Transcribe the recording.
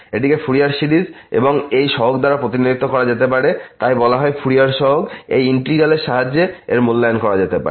এটিকে এই Fourier series এবং এই সহগ দ্বারা প্রতিনিধিত্ব করা যেতে পারে তাই বলা হয় ফুরিয়ার সহগ এই ইন্টিগ্র্যাল এর সাহায্যে এর মূল্যায়ন করা যেতে পারে